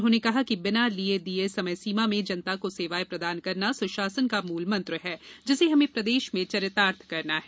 उन्होंने कहा कि बिना लिए दिए समय सीमा में जनता को सेवाएं प्राप्त कराना सुशासन का मूलमंत्र है जिसे हमें प्रदेश में चरितार्थ करना है